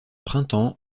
printemps